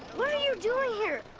what are you doing here?